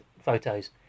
photos